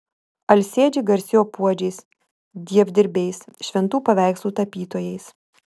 alsėdžiai garsėjo puodžiais dievdirbiais šventų paveikslų tapytojais